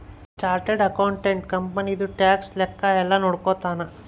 chartered accountant ಕಂಪನಿದು tax ಲೆಕ್ಕ ಯೆಲ್ಲ ನೋಡ್ಕೊತಾನ